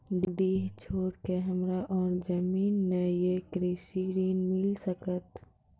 डीह छोर के हमरा और जमीन ने ये कृषि ऋण मिल सकत?